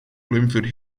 bloomfield